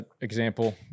example